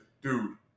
dude